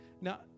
Now